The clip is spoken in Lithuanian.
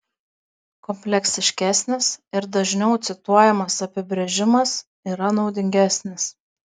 kompleksiškesnis ir dažniau cituojamas apibrėžimas yra naudingesnis